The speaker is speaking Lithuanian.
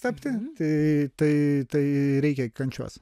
tapti tai tai tai reikia kančios